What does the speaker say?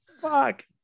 fuck